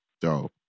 Dope